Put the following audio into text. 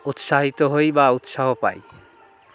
উৎসাহিত হই বা উৎসাহ পাই